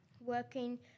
working